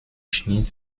schnitt